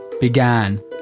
began